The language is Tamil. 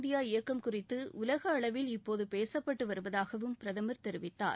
இந்தியா இயக்கம் குறித்து உலக அளவில் இப்போது பேசப்பட்டு வருவதாகவும் பிரதமர் கரய்மை தெரிவித்தார்